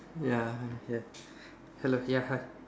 ya ya hello ya hi